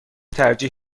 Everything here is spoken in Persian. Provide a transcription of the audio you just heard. ترجیح